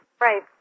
Right